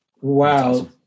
wow